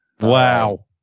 Wow